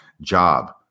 job